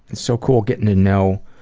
and so cool getting to know.